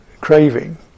craving